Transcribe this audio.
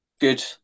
good